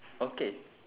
okay